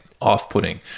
off-putting